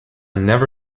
never